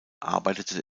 arbeitete